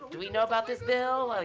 do we know about this bill?